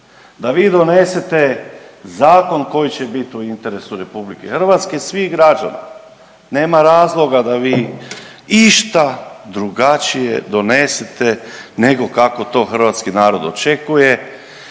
da vi donesete zakon koji će biti u interesu Republike Hrvatske, svih građana. Nema razloga da vi išta drugačije donesete nego kako to hrvatski narod očekuje